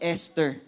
Esther